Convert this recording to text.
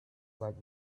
but